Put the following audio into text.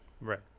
right